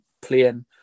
playing